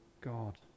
God